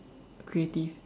creative